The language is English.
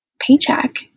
paycheck